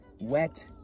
wet